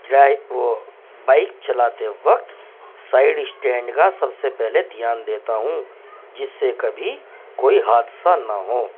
dry وہ bike چلاتے وقت سائڈ اسٹینڈ کا سب سے پہلے دھیان دیتا ہوں جس سے کبھی کوئی حادثہ نہ ہو